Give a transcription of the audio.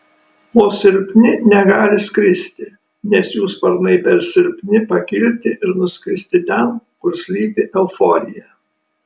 o silpni negali skristi nes jų sparnai per silpni pakilti ir nuskristi ten kur slypi euforija